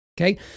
Okay